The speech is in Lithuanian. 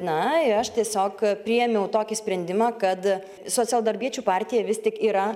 na aš tiesiog priėmiau tokį sprendimą kad socialdarbiečių partija vis tik yra